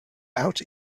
out